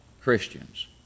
Christians